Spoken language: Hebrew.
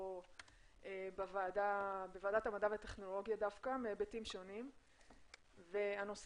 בוועדת המדע והטכנולוגיה דווקא מהביטים שונים והנושא